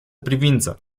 privință